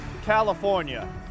california